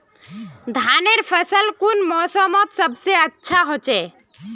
धानेर फसल कुन मोसमोत सबसे अच्छा होचे?